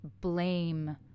blame